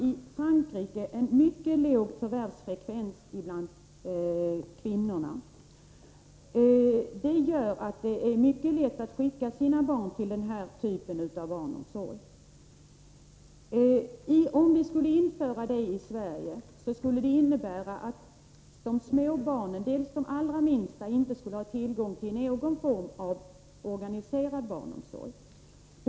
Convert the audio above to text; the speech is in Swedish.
I Frankrike är förvärvsfrekvensen mycket låg bland kvinnorna. Det gör att det är mycket lätt att skicka sina barn till den typ av barnomsorg som har nämnts. Om vi skulle införa den typen av barnomsorg i Sverige skulle det innebära att de allra minsta barnen inte skulle ha tillgång till någon form av organiserad barnomsorg.